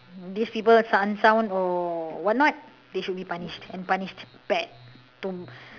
these people unsound or what not they should be punished and punished bad to